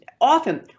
often